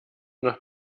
nach